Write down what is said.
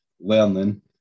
learning